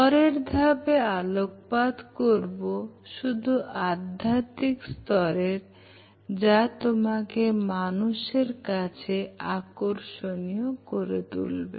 পরের ধাপে আলোকপাত করব শুধু আধ্যাত্মিক স্তরের যা তোমাকে মানুষের কাছে আকর্ষণীয় করে তুলবে